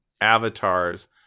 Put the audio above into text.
avatars